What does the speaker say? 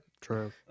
true